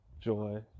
joy